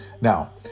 Now